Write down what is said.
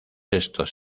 estos